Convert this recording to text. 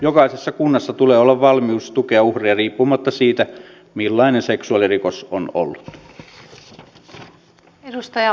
jokaisessa kunnassa tulee olla valmius tukea uhria riippumatta siitä millainen seksuaalirikos on ollut